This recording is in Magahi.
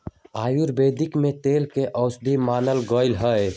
आयुर्वेद में तिल के औषधि मानल गैले है